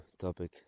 topic